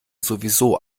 sowieso